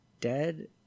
dead